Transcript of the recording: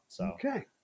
Okay